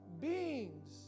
beings